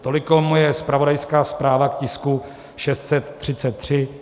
Toliko moje zpravodajská zpráva k tisku 633.